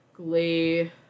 Glee